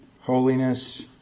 holiness